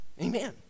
Amen